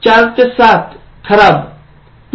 ४ ते ७ खराब